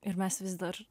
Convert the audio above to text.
ir mes vis dar